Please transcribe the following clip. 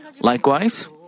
Likewise